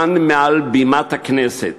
כאן, מעל בימת הכנסת,